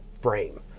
frame